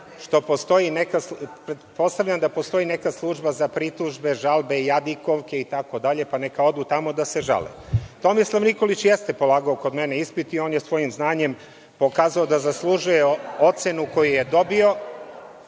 pretpostavljam da postoji neka služba za pritužbe, žalbe, jadikovke itd, pa neka odu tamo da se žale. Tomislav Nikolić jeste polagao kod mene ispit i on je svojim znanjem pokazao da zaslužuje ocenu koju je dobio.